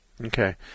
Okay